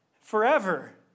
forever